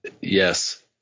Yes